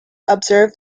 observed